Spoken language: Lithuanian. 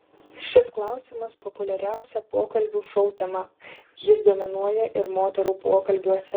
šis klausimas populiariausia pokalbių šou tema jis dominuoja ir moterų pokalbiuose